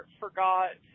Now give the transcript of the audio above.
forgot